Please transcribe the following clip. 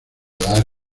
dar